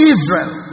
Israel